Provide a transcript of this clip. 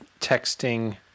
texting